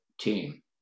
team